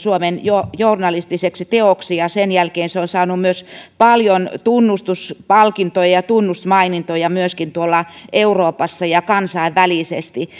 vuoden journalistiseksi teoksi ja sen jälkeen se on saanut paljon tunnustuspalkintoja ja tunnustusmainintoja myöskin tuolla euroopassa ja kansainvälisesti